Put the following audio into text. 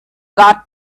got